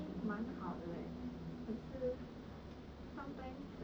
most of the items that I buy actually 蛮好的 leh